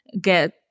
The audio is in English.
get